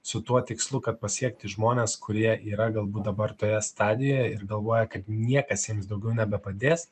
su tuo tikslu kad pasiekti žmones kurie yra galbūt dabar toje stadijoje ir galvoja kad niekas jiems daugiau nebepadės